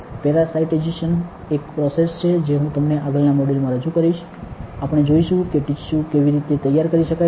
parasitisation એક process છે જે હું તમને આગળના મોડ્યુલમાં રજૂ કરીશ આપ્ણે જોઇશુ કે ટિસ્યૂઓ કેવી રીતે તૈયાર કરી શકાય છે